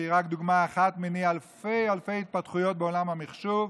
שהיא רק דוגמה אחת מני אלפי אלפי התפתחויות בעולם המחשוב,